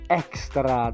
extra